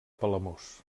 palamós